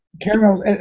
caramel